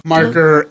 Marker